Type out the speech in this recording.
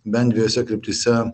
bent dviejose kryptyse